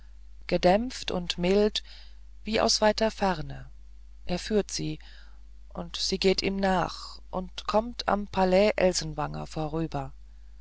gedämpft und mild wie aus weiter ferne er führt sie und sie geht ihm nach und kommt am palais elsenwanger vorüber